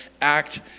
act